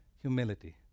Humility